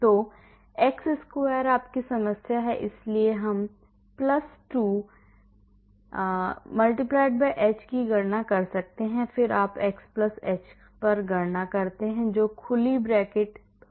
तो x वर्ग आपकी समस्या है इसलिए हम 2 h की गणना कर सकते हैं फिर आप x h पर गणना करते हैं जो खुली ब्रैकेट x है